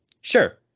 sure